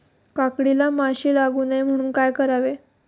काकडीला माशी लागू नये म्हणून काय करावे?